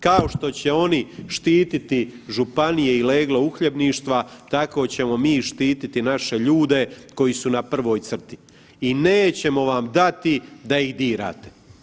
Kao što će oni štititi županije i leglo uhljebništva, tako ćemo mi štititi naše ljude koji su na prvoj crti i nećemo vam dati da ih dirate.